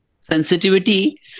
sensitivity